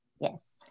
Yes